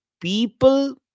people